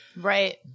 Right